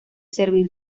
servir